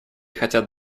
хотят